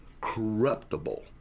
corruptible